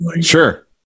Sure